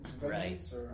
Right